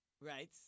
right